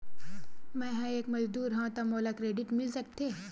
मैं ह एक मजदूर हंव त का मोला क्रेडिट मिल सकथे?